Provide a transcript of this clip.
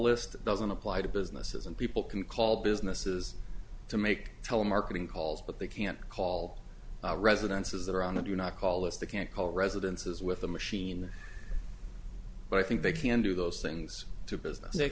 list doesn't apply to businesses and people can call businesses to make telemarketing calls but they can't call residences that are on a do not call list the can't call residences with a machine but i think they can do those things to business they